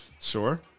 Sure